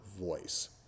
voice